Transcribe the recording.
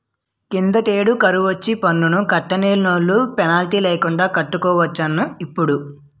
కిందటేడు కరువొచ్చి పన్ను కట్టలేనోలు పెనాల్టీ లేకండా కట్టుకోవచ్చటిప్పుడు